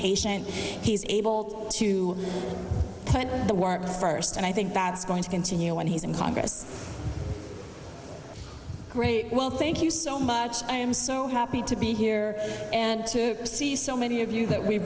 patient he's able to put the work first and i think that's going to continue when he's in congress great well thank you so much i am so happy to be here and to see so many of you that we've